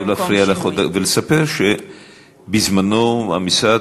אני חייב להפריע לך ולספר שבזמנו המשרד